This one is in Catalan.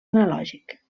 analògic